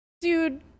Dude